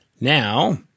now